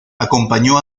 acompañó